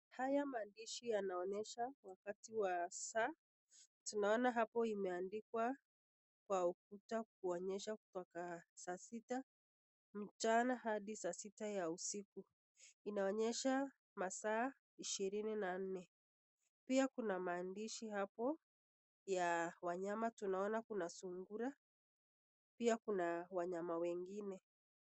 Haya maandishi yanaonyesha wakati wa saa. Tunaona hapo imeandikwa kwa ukuta kuonyesha kutoka saa sita mchana hadi saa sita ya usiku. Inaonyesha masaa ishirini na nne. Pia kuna maandishi hapo ya wanyama. Tunaona kuna sungura, pia kuna wanyama wengine.